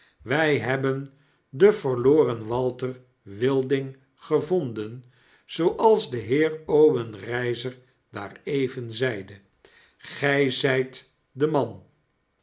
wij hebben den verloren walter wilding gevonden zooals de heer obenreizer daar even zeide gy zyt de man